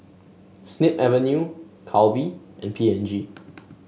Snip Avenue Calbee and P and G